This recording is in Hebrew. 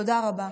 תודה רבה.